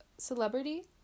Celebrity